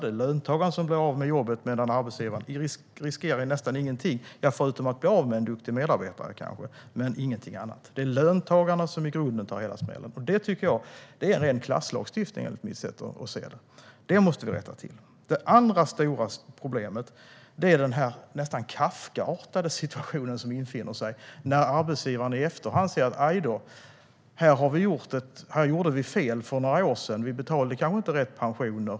Det är löntagaren som blir av med jobbet medan arbetsgivaren nästan inte riskerar någonting, förutom att kanske bli av med en duktig medarbetare men ingenting annat. Det är löntagarna som i grunden tar hela smällen. Det är ren klasslagstiftning, enligt mitt sätt att se det. Och det måste vi rätta till. Det andra stora problemet är den nästan Kafkaartade situationen som infinner sig när arbetsgivaren i efterhand inser att: "Ajdå, vi gjorde fel för några år sedan. Vi betalade kanske inte rätt pensioner.